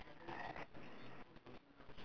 mana a'ah lah eleven O seven